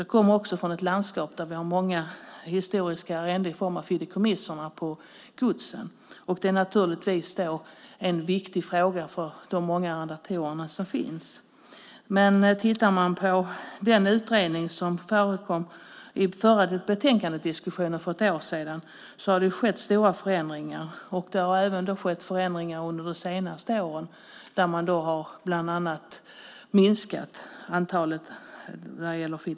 Jag kommer från ett landskap där vi har många historiska arrenden i form av fideikommiss på godsen. Det är en viktig fråga för de många arrendatorer som finns. Tittar man på den utredning som förekom i förra betänkandedebatten för ett år sedan har det skett stora förändringar. Det har även skett förändringar under de senaste åren. Man har bland annat minskat antalet fideikommiss.